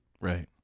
Right